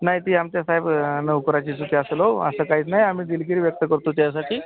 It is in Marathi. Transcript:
नाही ती आमच्या साहेब नोकराची चूक असेल हो असं काहीच नाही आम्ही दिलगिरी व्यक्त करतो त्याच्यासाठी